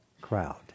crowd